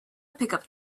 pickup